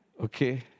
Okay